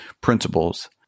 principles